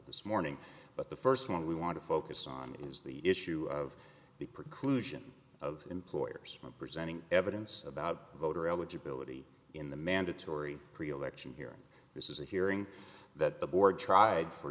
this morning but the first one we want to focus on is the issue of the preclusion of employers presenting evidence about voter eligibility in the mandatory pre election hearing this is a hearing that the board tried for